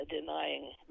denying